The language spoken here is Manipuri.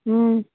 ꯎꯝ